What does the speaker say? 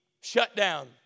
shutdown